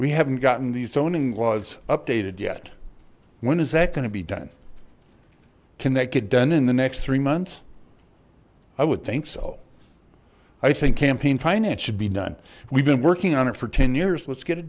we haven't gotten the zoning laws updated yet when is that going to be done can that could done in the next three months i would think so i think campaign finance should be done we've been working on it for ten years let's get it